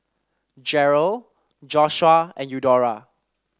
Jerold Joshuah and Eudora